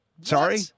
Sorry